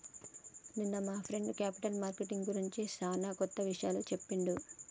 నిన్న మా friend capital marketing గురించి సానా కొత్త విషయాలు చెప్పిండు